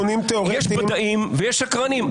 יש בדאים ויש שקרנים,